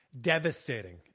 devastating